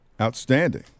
outstanding